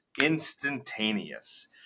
instantaneous